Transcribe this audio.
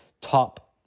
top